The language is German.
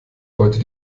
heute